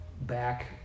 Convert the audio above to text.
back